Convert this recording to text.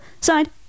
Signed